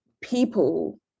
people